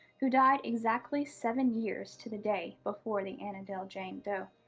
who died exactly seven years to the day before the annandale jane doe.